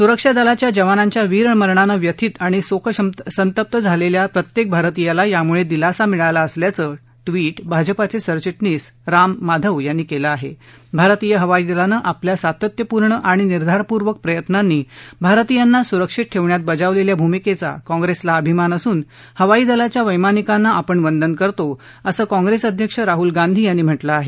सुरक्षा दलाच्या जवानांच्या वीर मरणानं व्यथित आणि शोकसंतप्त झालेल्या प्रत्येक भारतीयाला यामुळे दिलासा मिळाला असल्याचं आपल्या सातत्यपूर्ण आणि निर्धारपूर्वक प्रयत्नांनी भारतीयांना सुरक्षित ठेवण्यात बजावलेल्या भूमिकेचा काँग्रेसला अभिमान असून हवाई दलाच्या वैमानिकांना आपण वंदन करतो असं काँग्रेस अध्यक्ष राहुल गांधी यांनी म्हा कें आहे